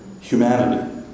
humanity